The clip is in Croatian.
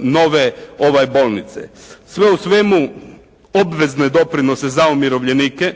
nove bolnice. Sve u svemu obvezne doprinose za umirovljenike